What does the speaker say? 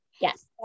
Yes